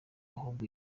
ahubwo